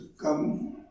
come